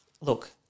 look